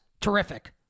terrific